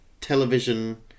television